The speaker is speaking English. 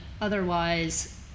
otherwise